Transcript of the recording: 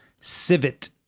civet